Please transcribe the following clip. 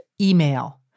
email